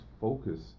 focus